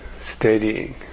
steadying